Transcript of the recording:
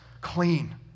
clean